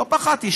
לא פחדתי,